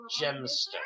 gemstone